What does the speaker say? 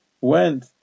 went